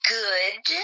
good